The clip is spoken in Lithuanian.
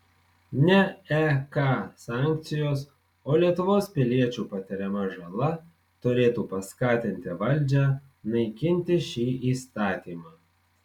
ne ek sankcijos o lietuvos piliečių patiriama žala turėtų paskatinti valdžią naikinti šį įstatymą